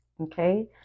okay